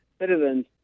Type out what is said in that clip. citizens